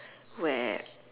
where